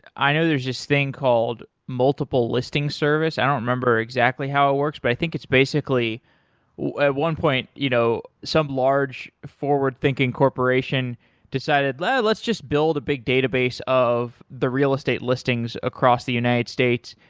i know there's this thing called multiple listing service. i don't remember exactly how works, but i think it's basically at one point you know some large forward-thinking corporation decided, let's let's just build a big database of the real estate listings across the united states,